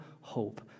hope